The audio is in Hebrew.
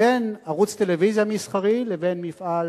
בין ערוץ טלוויזיה מסחרי לבין מפעל